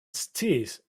sciis